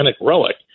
relic